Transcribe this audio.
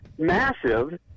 massive